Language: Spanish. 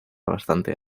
bastante